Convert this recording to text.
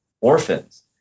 orphans